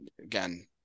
again